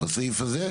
לסעיף הזה?